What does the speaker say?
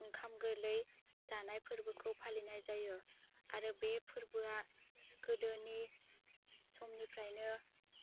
ओंखाम गोरलै जानाय फोर्बोखौ फालिनाय जायो आरो बे फोरबोआ गोदोनि समनिफ्रायनो